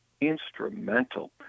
instrumental